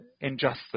injustice